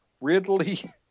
Ridley